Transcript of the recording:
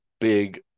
big